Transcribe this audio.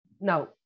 No